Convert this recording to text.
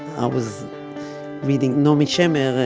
i was reading naomi shemer,